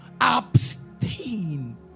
abstain